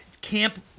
camp